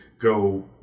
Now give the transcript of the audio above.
go